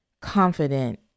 confident